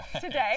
today